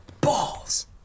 Balls